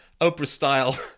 Oprah-style